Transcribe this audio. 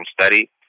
study